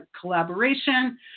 collaboration